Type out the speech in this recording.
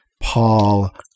Paul